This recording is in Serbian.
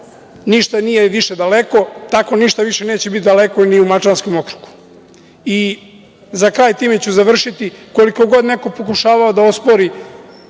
ništa nije više daleko, tako ništa više neće biti daleko ni u Mačvanskom okrugu.Za kraj. Time ću završiti. Koliko god pokušavao da ospori